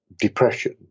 depression